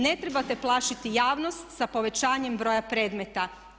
Ne trebate plašiti javnost sa povećanjem broja predmeta.